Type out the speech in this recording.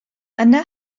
yna